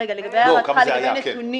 רשות מקומית בונה בית ספר,